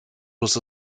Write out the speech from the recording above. was